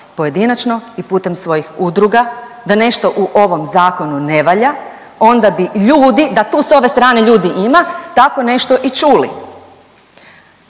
pojedinačno i putem svojih udruga da nešto u ovom zakonu ne valja, onda bi ljudi, da tu s ove strane ljudi ima, tako nešto i čuli.